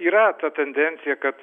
yra tendencija kad